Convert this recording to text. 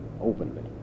openly